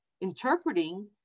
interpreting